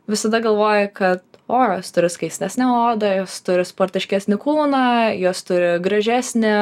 visada galvoji kad o jos turi skaistesnę odą jos turi sportiškesnį kūną jos turi gražesnį